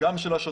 גם של שוטרים